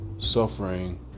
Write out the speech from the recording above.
suffering